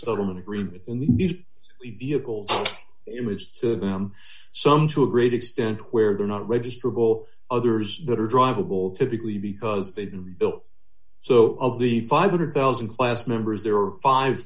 settlement agreement in these evils imaged to them some to a great extent where they're not register bowl others that are drivable typically because they've been rebuilt so of the five hundred thousand class members there